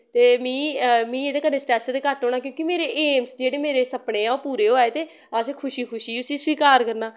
ते मिगी मिगी एह्दे कन्ने स्ट्रेस ते घट्ट होना क्योंकि मेरे एम्स जेह्ड़े मेरे सपने ऐं ओह् पूरे होआ दे ते असें खुशी खुशी उस्सी स्वीकार करना